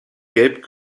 gelb